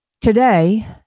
Today